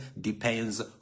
Depends